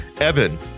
Evan